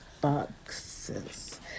boxes